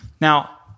Now